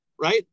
right